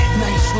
nice